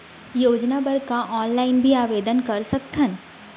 योजना बर का ऑनलाइन भी आवेदन कर सकथन?